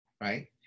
right